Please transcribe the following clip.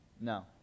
No